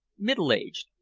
middle-aged,